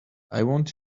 want